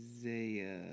Isaiah